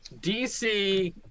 DC